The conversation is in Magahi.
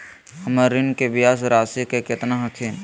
हमर ऋण के ब्याज रासी केतना हखिन?